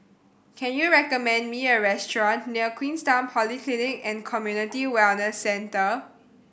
can you recommend me a restaurant near Queenstown Polyclinic and Community Wellness Centre